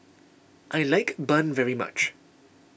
I like Bun very much